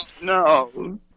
No